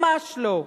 ממש לא.